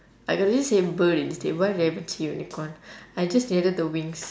I could just say bird instead why did I even say unicorn I just needed the wings